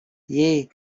jej